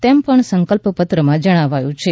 તેમ પણ સંકલ્પપત્રમાં જણાવાયુ છે